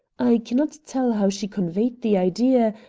i cannot tell how she conveyed the idea,